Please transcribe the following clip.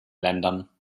ländern